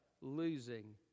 losing